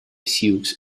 sioux